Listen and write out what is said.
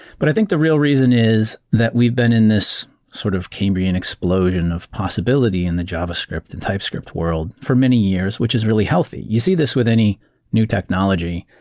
but i think the real reason is that we've been in this sort of cambrian explosion of possibility in the javascript and typescript world for many years, which is really healthy. you see this with any new technology.